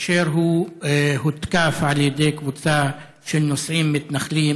כאשר הוא הותקף על ידי קבוצה של נוסעים מתנחלים,